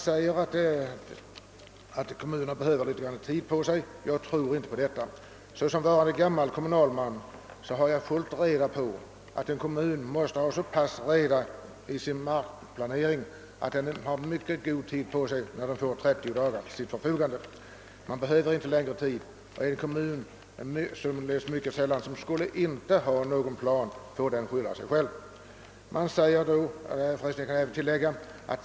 Det sägs att kommunerna behöver ha tre månaders tidsfrist. Jag tror inte på detta. Såsom varande gammal kommurnalman vet jag att en kommun måste ha så pass mycket reda i sin markplanering att den har mycket god tid på sig när den får 30 dagar till sitt förfogande. Om en kommun inte har någon plan, har den sig själv att skylla.